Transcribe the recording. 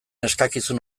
eskakizun